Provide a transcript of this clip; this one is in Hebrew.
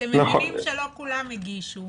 אתם מבינים שלא כולם הגישו